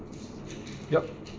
yup